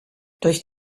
durch